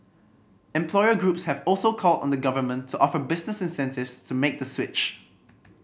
employer groups have also called on the Government to offer businesses incentive to make the switch